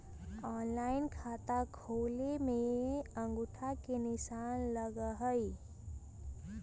Online खाता खोले में अंगूठा के निशान लगहई?